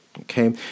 Okay